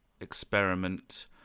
experiment